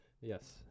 Yes